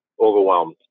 overwhelmed